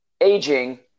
aging